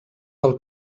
del